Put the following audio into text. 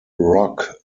rock